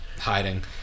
hiding